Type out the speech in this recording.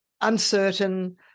uncertain